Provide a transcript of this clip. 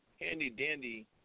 handy-dandy